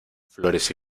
flores